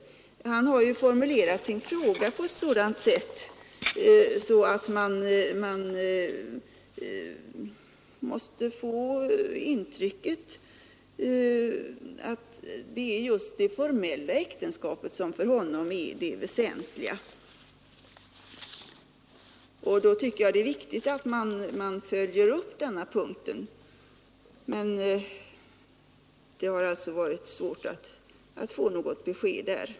Han har ju formulerat sin fråga på ett sådant sätt att man måste få intrycket att just det formella äktenskapet för honom är det väsentliga. Då tycker jag det är viktigt att man följer upp den synpunkten, men det har alltså varit svårt att få något besked där.